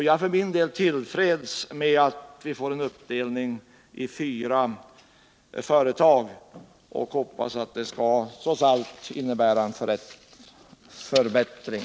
Jag är för min del till freds med att vi får en uppdelning i fyra företag och jag hoppas att det trots allt skall innebära en förbättring.